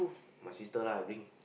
my sister lah bring